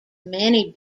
many